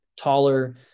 taller